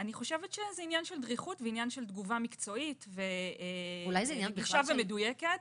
אני חושבת שזה עניין של דריכות ועניין של תגובה מקצועית רגישה ומדויקת,